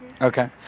Okay